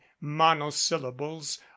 monosyllables